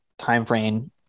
timeframe